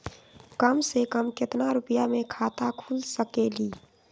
कम से कम केतना रुपया में खाता खुल सकेली?